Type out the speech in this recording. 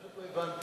פשוט לא הבנתי.